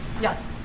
Yes